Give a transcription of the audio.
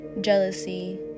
jealousy